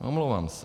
Omlouvám se.